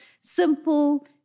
simple